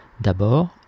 d'abord